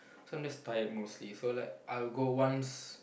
so I'm just tired mostly so like I'll go once